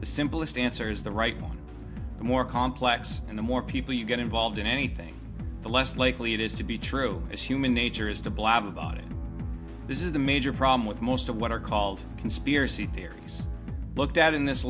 the simplest answer is the right one the more complex and the more people you get involved in anything the less likely it is to be true as human nature is to blab about it this is the major problem with most of what are called conspiracy theories looked at in this